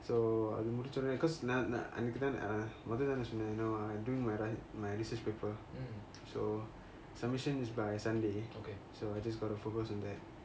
so அது முடிச்சோனே:athu mudichoney cause நான் நான் நான் அன்னிக்கி தான உண்ட தான சொன்னான்:naan naan naan aniki thaana unta thaana sonnan you know I am doing my research paper so submission is by sunday so I just got to focus on that